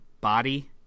body